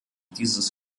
dieses